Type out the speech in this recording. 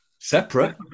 separate